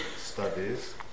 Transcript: Studies